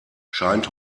scheint